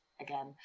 again